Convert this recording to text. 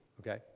okay